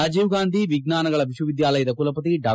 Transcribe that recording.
ರಾಜೀವ್ ಗಾಂಧಿ ವಿಜ್ಞಾನಗಳ ವಿಶ್ವವಿದ್ಧಾಲಯದ ಕುಲಪತಿ ಡಾ